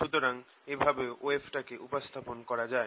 সুতরাং এ ভাবেও ওয়েভটাকে উপস্থাপন করা যায়